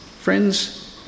Friends